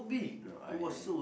no I I